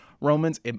Romans